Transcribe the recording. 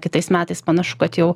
kitais metais panašu kad jau